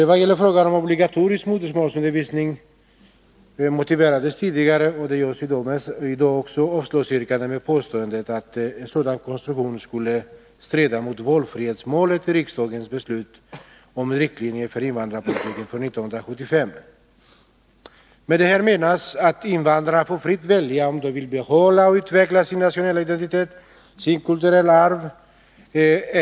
När det gäller kravet på obligatorisk modersmålsundervisning motiverades tidigare avslagsyrkande — liksom i dag — med påståendet att en sådan konstruktion skulle strida mot valfrihetsmålet i riksdagsbeslutet 1975 om riktlinjer för invandrarpolitiken. Med detta menas att invandrarna fritt får välja om de vill behålla och utveckla eller förkasta sin nationella identitet, sitt kulturella arv.